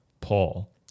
Paul